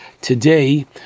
today